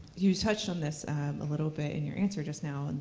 you touched on this a little bit in your answer just now,